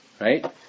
right